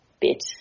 bit